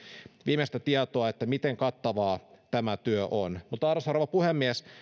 viimeistä tietoa miten kattavaa tämä työ on arvoisa rouva puhemies